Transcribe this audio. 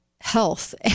health